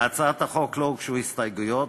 להצעת החוק לא הוגשו הסתייגויות,